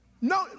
No